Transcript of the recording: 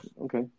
okay